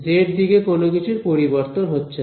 Z দিকে কোন কিছুর পরিবর্তন হচ্ছে না